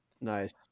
Nice